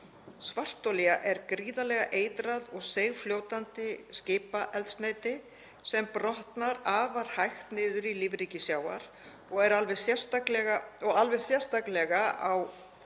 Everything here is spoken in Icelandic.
Svartolía er gríðarlega eitrað og seigfljótandi skipaeldsneyti sem brotnar afar hægt niður í lífríki sjávar og alveg sérstaklega á